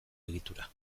egitura